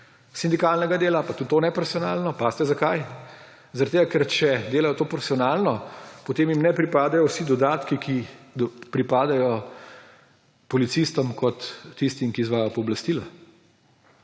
sindikalnega dela, pa tudi to ne profesionalno − pazite, zakaj?! − zaradi tega, ker če delajo to profesionalno, potem jim ne pripadajo vsi dodatki, ki pripadajo policistom, ki izvajajo pooblastila.